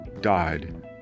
died